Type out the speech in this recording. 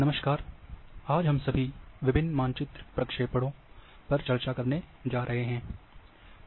नमस्कार आज हम सभी विभिन्न मानचित्र प्रक्षेपणों पर चर्चा करने जा रहे हैं